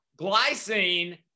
glycine